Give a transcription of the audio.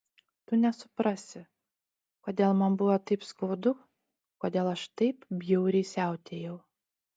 tu nesuprasi kodėl man buvo taip skaudu kodėl aš taip bjauriai siautėjau